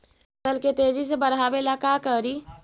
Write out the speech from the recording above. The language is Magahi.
फसल के तेजी से बढ़ाबे ला का करि?